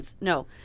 No